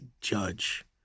judge